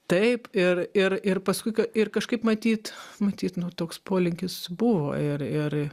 taip ir ir ir paskui ir kažkaip matyt matyt toks polinkis buvo ir ir